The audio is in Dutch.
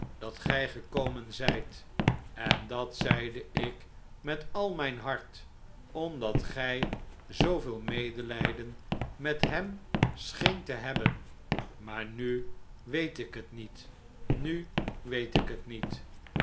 dat gij gekomen zijt en dat zeide ik met al mijn hart omdat gij zooveel medelijden met hem scheent te hebben maar nu weet ik het niet nu weet ik het niet